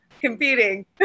competing